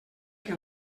que